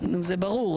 נו, זה ברור.